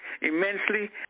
immensely